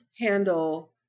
handle